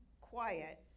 quiet